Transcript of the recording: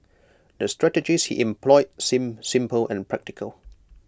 the strategies he employed seemed simple and practical